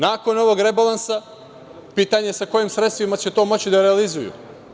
Nakon ovog rebalansa, pitanje je sa kojim sredstvima će to moći da realizuju.